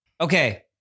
Okay